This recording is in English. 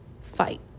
fight